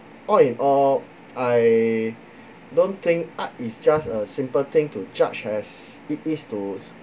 all in all I don't think art is just a simple thing to judge as it is to